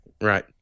Right